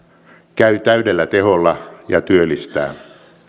käy täydellä teholla ja työllistää